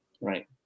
Right